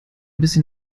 bisschen